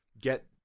get